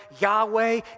Yahweh